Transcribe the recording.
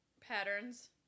patterns